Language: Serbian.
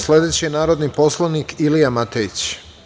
Sledeći narodni poslanik je Ilija Matejić.